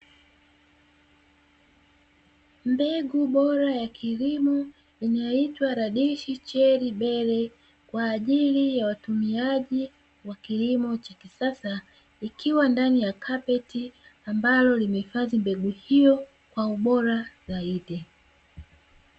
Mbegu bora ya kilimo inayoitwa "Radish Strawberry" kwa ajili ya watumiaji wa kilimo cha kisasa, ikiwa ndani ya pakiti ambayo imehifadhi mbegu hiyo kwa ubora zaidi.